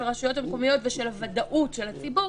הרשויות המקומיות ושל הוודאות של הציבור